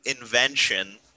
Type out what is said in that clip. invention